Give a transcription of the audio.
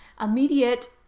immediate